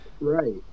Right